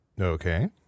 Okay